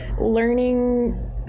Learning